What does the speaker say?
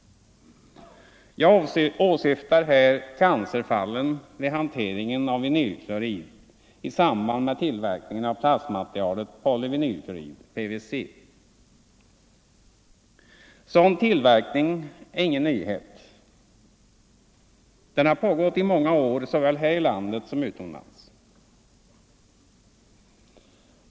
Jag åsyftar här cancerfallen vid hanteringen av vinylklorid i samband med tillverkning av plastmaterialet polyvinylklorid, PVC. Sådan tillverkning är inte någon nyhet, den har pågått i många år såväl här i landet som utomlands.